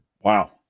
wow